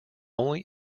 only